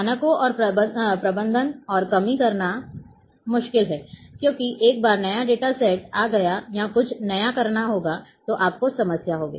मानकों का प्रबंधन और कमी करना मुश्किल है क्योंकि एक बार नया डेटा सेट आ जाएगा या कुछ नया करना होगा तो आपको समस्या होगी